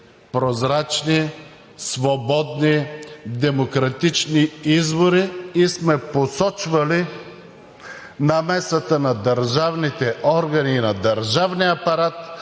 прозрачни, свободни, демократични избори и сме посочвали намесата на държавните органи и на държавния апарат